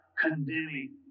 condemning